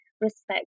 respect